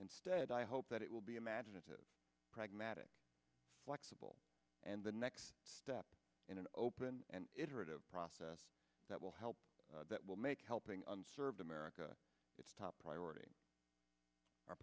instead i hope that it will be imaginative pragmatic like civil and the next step in an open and iterative process that will help that will make helping unserved america its top priority our